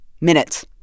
Minutes